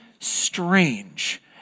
strange